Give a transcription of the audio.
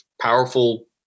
powerful